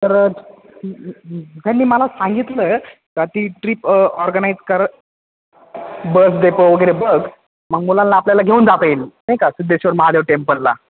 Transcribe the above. तर त्यांनी मला सांगितलं का ती ट्रीप ऑर्गनाईज कर बस डेपो वगैरे बघ मुलांला आपल्याला घेऊन जाता येईल नाही का सिद्धेश्वर महादेव टेम्पलला